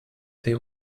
they